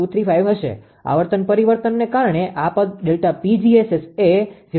0235 હશે આવર્તન પરિવર્તનને કારણે આ પદ ΔPg𝑆𝑆 એ 0